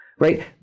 Right